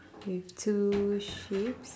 with two sheeps